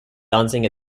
dancing